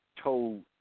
told